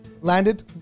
Landed